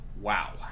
Wow